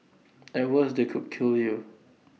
at worst they could kill you